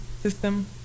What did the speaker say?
System